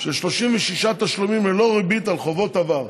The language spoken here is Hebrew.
של 36 תשלומים ללא ריבית על חובות עבר.